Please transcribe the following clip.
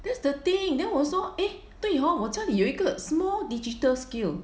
that's the thing then 我说 eh 对 hor 我家里有一个 small digital scale